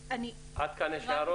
חדשים."; עד כאן יש הערות?